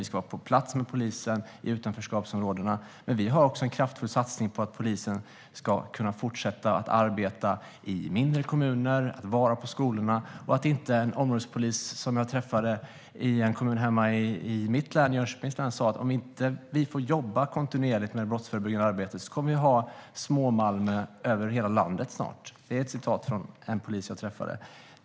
Vi ska vara på plats med polisen i utanförskapsområdena, men vi har också en kraftfull satsning på att polisen ska kunna fortsätta arbeta i mindre kommuner och vara på skolorna. En områdespolis som jag träffade i en kommun i mitt hemlän, Jönköpings län, sa: Om vi inte får jobba kontinuerligt med det brottsförebyggande arbetet kommer vi snart att ha små Malmö över hela landet. Det är ett citat från en polis som jag träffade.